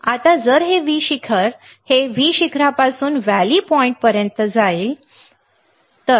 आता जर ते V शिखर हे V शिखरापासून व्हॅली पॉईंटपर्यंत जाईल जे येथे आहे बरोबर